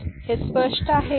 हे स्पष्ट आहे का